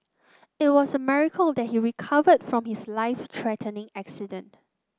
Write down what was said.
it was a miracle that he recovered from his life threatening accident